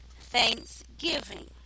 thanksgiving